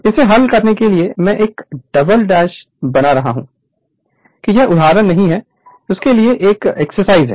इसे हल करने के लिए मैं एक डबल डैश बना रहा हूं कि यह उदाहरण नहीं है के लिए एक एक्सरसाइज है